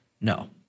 No